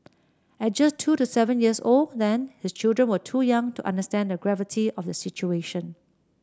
at just two the seven years old then his children were too young to understand the gravity of the situation